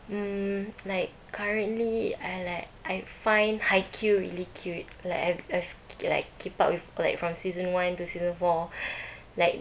mm like currently I like I find haikyu really cute like I've I've k~ like keep up with like from season one to season four like